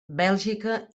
bèlgica